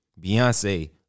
Beyonce